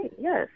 yes